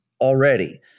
already –